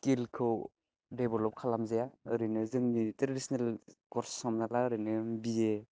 स्किलखौ develop खालामजाया ओरैनो जोंनि ट्रेडिशनेल कर्स हमना ला ओरैनो बि ए